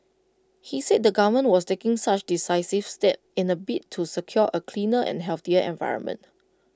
he said the government was taking such decisive steps in A bid to secure A cleaner and healthier environment